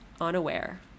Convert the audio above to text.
unaware